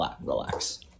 relax